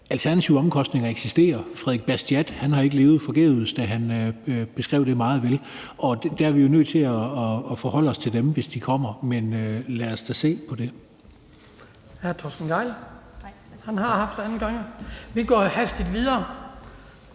alternative omkostninger eksisterer. Frédéric Bastiat har ikke levet forgæves, da han beskrev det meget vel, og der er vi jo nødt til at forholde os til dem, hvis de kommer, men lad os da se på det. Kl. 18:16 Den fg. formand (Hans Kristian Skibby): Vi går hastigt videre